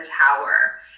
tower